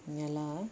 ye lah eh